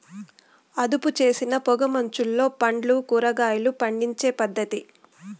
అదుపుచేసిన పొగ మంచులో పండ్లు, కూరగాయలు పండించే పద్ధతి